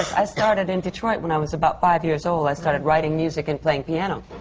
i started in detroit when i was about five years old. i started writing music and playing piano.